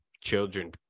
children